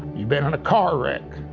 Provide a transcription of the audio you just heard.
you been in a car wreck.